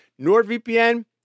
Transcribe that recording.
NordVPN